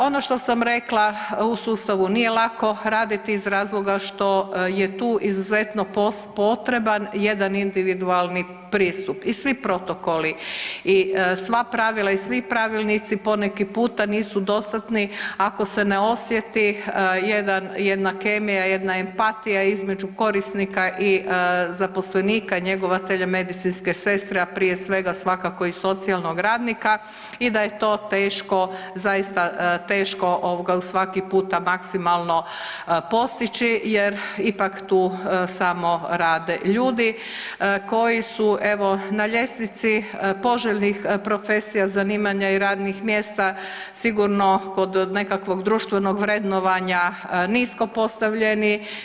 Ono što sam rekla u sustavu nije lako raditi iz razloga što je tu izuzetno potreban jedan individualan pristup i svi protokoli i sva pravila i svi pravilnici poneki puta nisu dostatni ako se ne osjeti jedna kemija, jedna empatija između korisnika i zaposlenika, njegovatelja, medicinske sestre, a prije svega svakako i socijalnog radnika i da je to teško, zaista teško ovoga u svaki puta maksimalno postići jer ipak tu samo rade ljudi koji su evo na ljestvici poželjnih profesija, zanimanja i radnih mjesta sigurno kod nekakvog društvenog vrednovanja nisko postavljeni.